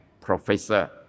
professor